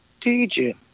DJ